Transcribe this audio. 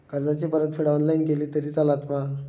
कर्जाची परतफेड ऑनलाइन केली तरी चलता मा?